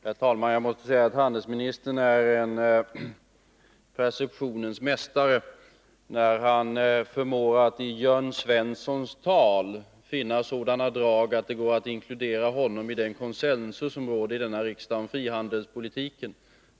Herr talman! Jag måste säga att handelsministern är en perceptionens mästare när han förmår att i Jörn Svenssons tal finna sådana drag att det går att inkludera honom i den consensus som råder här i riksdagen om frihandelspolitiken.